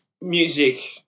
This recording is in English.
music